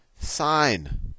sine